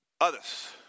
Others